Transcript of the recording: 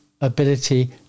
ability